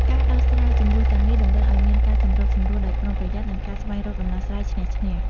ការដោះស្រាយជម្លោះទាំងនេះតម្រូវឲ្យមានការសម្របសម្រួលដោយប្រុងប្រយ័ត្ន និងការស្វែងរកដំណោះស្រាយឈ្នះ-ឈ្នះ។